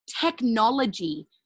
technology